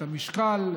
את המשקל,